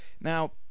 Now